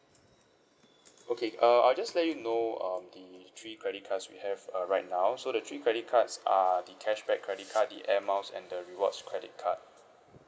okay uh I'll just let you know um the three credit cards we have uh right now so the three credit cards are the cashback credit card the air miles and the rewards credit card